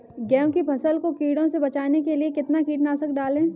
गेहूँ की फसल को कीड़ों से बचाने के लिए कितना कीटनाशक डालें?